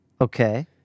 Okay